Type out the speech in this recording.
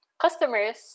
customers